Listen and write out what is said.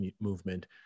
movement